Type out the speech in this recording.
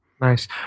Nice